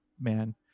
man